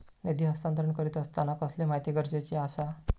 निधी हस्तांतरण करीत आसताना कसली माहिती गरजेची आसा?